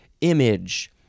image